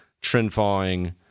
trend-following